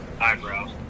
Eyebrows